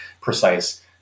precise